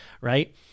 right